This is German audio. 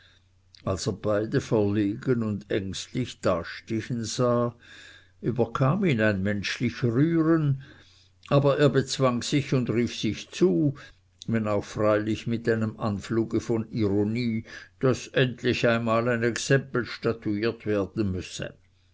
als er beide verlegen und ängstlich dastehen sah überkam ihn ein menschlich rühren aber er bezwang sich und rief sich zu wenn auch freilich mit einem anfluge von ironie daß endlich einmal ein exempel statuiert werden müsse